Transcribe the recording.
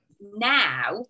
now